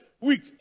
week